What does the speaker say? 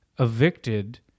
evicted